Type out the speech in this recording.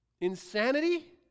Insanity